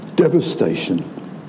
devastation